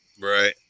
Right